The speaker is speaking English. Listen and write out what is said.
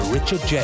Richard